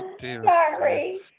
Sorry